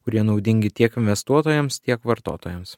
kurie naudingi tiek investuotojams tiek vartotojams